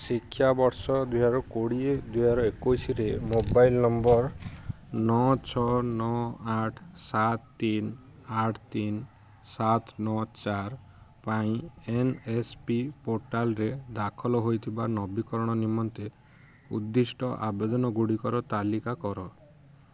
ଶିକ୍ଷା ବର୍ଷ ଦୁଇହଜାରେ କୋଡ଼ିଏରୁ ଦୁଇହଜାରେ ଏକୋଇଶୀରେ ମୋବାଇଲ୍ ନମ୍ବର୍ ନଅ ଛଅ ନଅ ଆଠ ସାତ ତିନି ଆଠ ତିନି ସାତ ନଅ ଚାରି ପାଇଁ ଏନ୍ ଏସ୍ ପି ପୋର୍ଟାଲରେ ଦାଖଲ ହେଇଥିବା ନବୀକରଣ ନିମନ୍ତେ ଉଦ୍ଦିଷ୍ଟ ଆବେଦନଗୁଡ଼ିକର ତାଲିକା କର